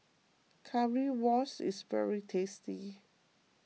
Currywurst is very tasty